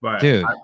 Dude